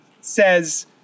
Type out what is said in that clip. says –